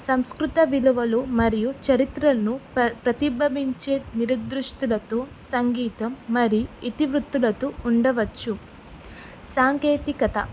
సంస్కృత విలువలు మరియు చరిత్రను ప్రతిబింబించే నిరుదృస్తులతో సంగీతం మరి ఇతివృత్తులతో ఉండవచ్చు సాంకేతికత